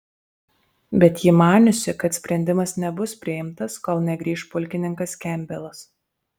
bet ji maniusi kad sprendimas nebus priimtas kol negrįš pulkininkas kempbelas